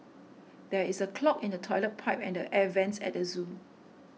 there is a clog in the Toilet Pipe and the Air Vents at the zoo